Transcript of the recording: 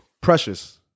Precious